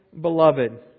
beloved